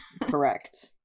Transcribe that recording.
correct